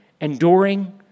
enduring